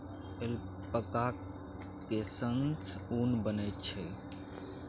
ऐल्पैकाक केससँ ऊन बनैत छै